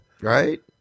right